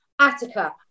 Attica